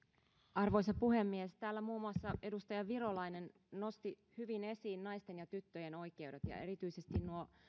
arvoisa puhemies täällä muun muassa edustaja virolainen nosti hyvin esiin naisten ja tyttöjen oikeudet ja erityisesti nuo